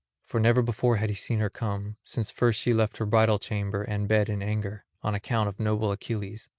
for never before had he seen her come, since first she left her bridal chamber and bed in anger, on account of noble achilles,